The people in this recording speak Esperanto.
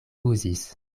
uzis